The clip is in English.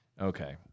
Okay